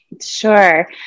Sure